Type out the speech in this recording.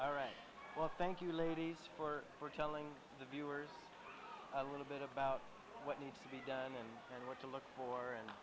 all right well thank you ladies for for telling the viewers a little bit about what needs to be done and what to look for and